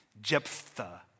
Jephthah